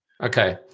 Okay